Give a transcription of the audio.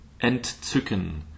Entzücken